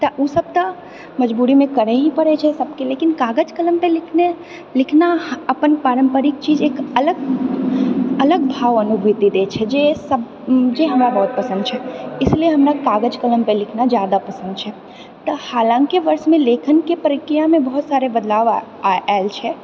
तऽ ओ सभ तऽ मजबूरीमे करए ही पड़ैत छै सभकेेँ लेकिन कागज कलम पर लिखनाइ लिखना अपन पारम्परिक चीज एक अलग अलग भाव अनुभूति देइ छै जे सभ जे हमरा बहुत पसन्द छै इसलिए हमरा कागज कलम पर लिखनाइ जादा पसन्द छै तऽ हालके वर्षमे लेखन प्रक्रियामे बहुत सारा बदलाव आएल छै